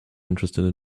interested